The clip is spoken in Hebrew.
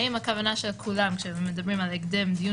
האם הכוונה שכולם כשמדברים על הקדם דיון